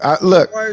look